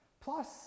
Plus